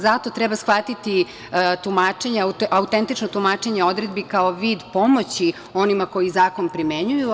Zato treba shvatiti autentično tumačenje odredbi kao vid pomoći onima koji zakon primenjuju.